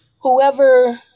whoever